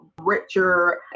richer